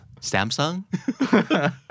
Samsung